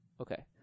Okay